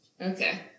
Okay